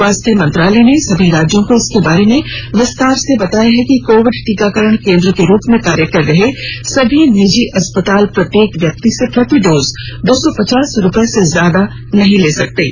स्वास्थ्य मंत्रालय ने सभी राज्यों को इसके बारे में विस्तार से बताया है कि कोविड टीकाकरण केन्द्र के रूप में कार्य कर रहे सभी निजी अस्पताल प्रत्येक व्यक्ति से प्रति डोज दो सौ पचास रुपये से ज्यादा नहीं ले सकते हैं